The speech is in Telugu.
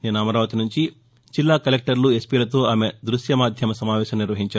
నిన్న అమరావతి నుంచి జిల్లా కలెక్టర్లు ఎస్పీలతో ఆమె దృశ్య మాద్యమ సమావేశం నిర్వహించారు